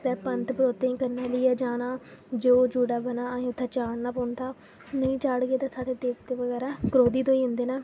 ते पंत परोह्तें ई कन्नै लेइयै जाना जो जुड़े बने असें ई उ'त्थें चाढ़ना पौंदा नेईं चाढ़गे ते साढ़े देवते बगैरा क्रोधित होई जंदे न